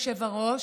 אדוני היושב-ראש,